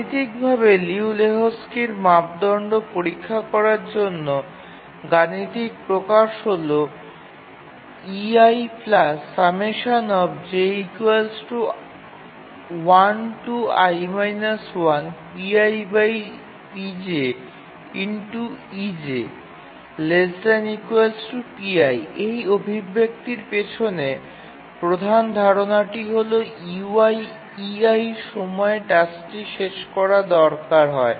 গাণিতিকভাবে লিউ এবং লেহোকস্কির মাপদণ্ড পরীক্ষা করার জন্য গাণিতিক প্রকাশ হল ≤ pi এই অভিব্যক্তির পিছনে প্রধান ধারণাটি হল ei সময় টাস্কটি শেষ করার দরকার হয়